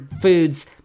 foods